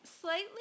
slightly